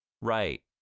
right